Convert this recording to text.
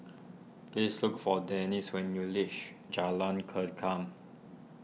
please look for Denise when you reach Jalan Kengkam